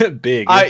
Big